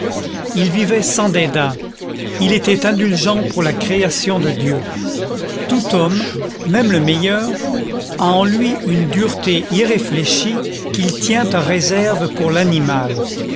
il vivait sans dédain il était indulgent pour la création de dieu tout homme même le meilleur a en lui une dureté irréfléchie qu'il tient en réserve pour l'animal